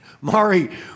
Mari